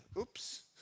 oops